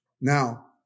Now